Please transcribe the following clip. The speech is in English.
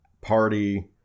Party